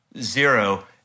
Zero